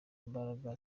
imbaraga